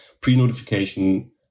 pre-notification